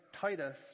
Titus